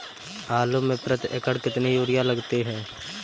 आलू में प्रति एकण कितनी यूरिया लगती है?